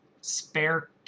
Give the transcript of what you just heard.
spare